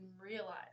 realize